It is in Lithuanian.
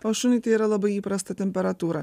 o šuniui tai yra labai įprasta temperatūra